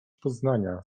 poznania